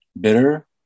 bitter